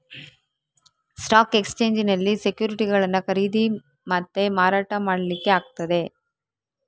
stock ಎಕ್ಸ್ಚೇಂಜಿನಲ್ಲಿ ಸೆಕ್ಯುರಿಟಿಗಳನ್ನ ಖರೀದಿ ಮತ್ತೆ ಮಾರಾಟ ಮಾಡ್ಲಿಕ್ಕೆ ಆಗ್ತದೆ